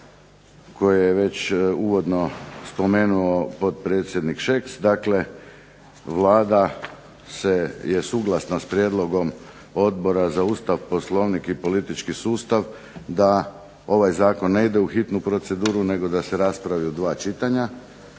koje je već uvodno spomenuo potpredsjednik Šeks. Dakle Vlada se, je suglasna s prijedlogom Odbora za Ustav, Poslovnik i politički sustav, da ovaj zakon ne ide u hitnu proceduru, nego da se raspravi u dva čitanja,